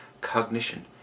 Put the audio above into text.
cognition